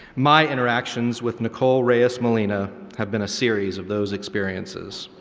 my interactions with nicole reyes-molina have been a series of those experiences.